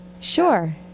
Sure